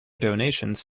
donations